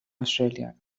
australia